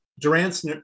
Durant's